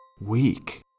Weak